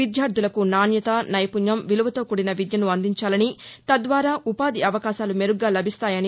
విద్యార్థలకు నాణ్యత నైపుణ్యం విలువతో కూడిన విద్యను అందించాలని తద్వారా ఉపాధి అవకాశాలు మెరుగ్గా లభిస్తాయని పేర్కోన్నారు